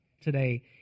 today